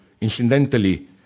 Incidentally